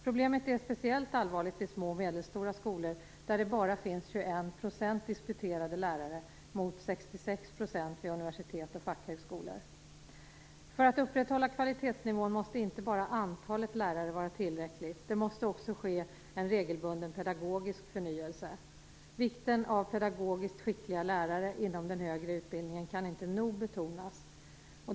Problemet är speciellt allvarligt vid små och medelstora skolor, där det bara finns 21 % disputerade lärare mot 66 % vid universitet och fackhögskolor. För att upprätthålla kvalitetsnivån måste inte bara antalet lärare vara tillräckligt. Det måste också ske en regelbunden pedagogisk förnyelse. Vikten av pedagogiskt skickliga lärare inom den högre utbildningen kan inte nog betonas.